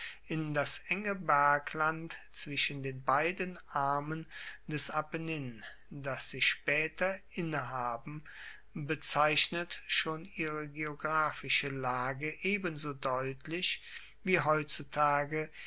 in das enge bergland zwischen den beiden armen des apennin das sie spaeter innehaben bezeichnet schon ihre geographische lage ebenso deutlich wie heutzutage